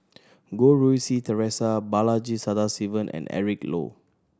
Goh Rui Si Theresa Balaji Sadasivan and Eric Low